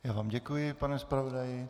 Já vám děkuji, pane zpravodaji.